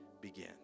begin